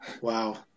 Wow